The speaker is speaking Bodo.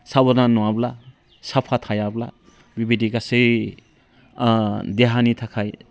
साबधान नङाब्ला साफा थायाब्ला बिबायदि गासै देहानि थाखाय